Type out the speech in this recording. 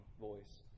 voice